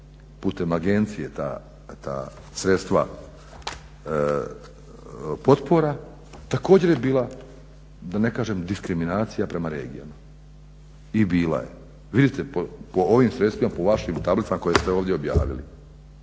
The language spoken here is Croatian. putem agencije ta sredstva potpora također je bila da ne kažem diskriminacija prema regijama. I bila je. Vidite po ovim sredstvima, po vašim tablicama koje ste ovdje objavili.